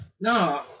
no